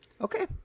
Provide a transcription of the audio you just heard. okay